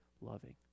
loving